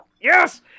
Yes